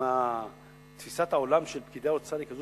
אם תפיסת העולם של פקידי האוצר היא כזו